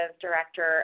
Director